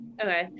Okay